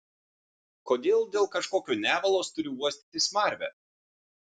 kodėl dėl kažkokio nevalos turiu uostyti smarvę